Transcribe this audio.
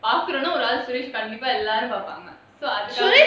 பாக்குறவங்க:paakuravanga suresh கண்டிப்பா எல்லோரும் பார்ப்பாங்க:kandiapaa ellorum paarpaanga